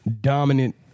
dominant